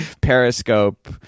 periscope